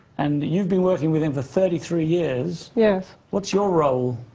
and you've been working with him for thirty three years. yes. what's your role?